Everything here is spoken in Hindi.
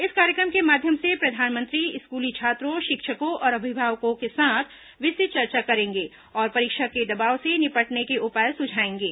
इस कार्यक्रम के माध्यम से प्रधानमंत्री स्कूली छात्रों शिक्षकों और अभिभावकों के साथ विस्तृत चर्चा करेंगे और परीक्षा के दबाव से निपटने के उपाय सुझाएंगे